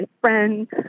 friends